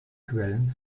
quellen